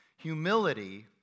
Humility